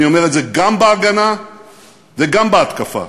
אני אומר את זה, גם בהגנה וגם בהתקפה.